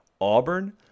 Auburn